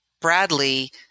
Bradley